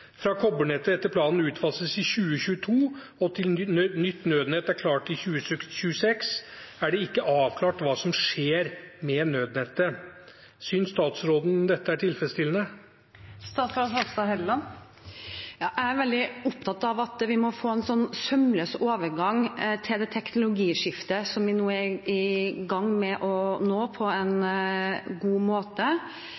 Fra kobbernettet etter planen utfases i 2022, til nytt nødnett er klart i 2026, er det ikke avklart hva som skjer med nødnettet. Synes statsråden dette er tilfredsstillende? Jeg er veldig opptatt av at vi må få en sømløs overgang til det teknologiskiftet som vi nå er i gang med å nå, på en